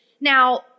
Now